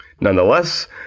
Nonetheless